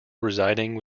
residing